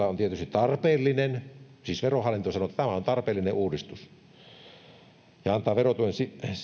on tietysti tarpeellinen siis verohallinto sanoi että tämä on tarpeellinen uudistus ja antaa verotuen